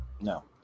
No